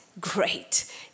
great